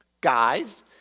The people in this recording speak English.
guys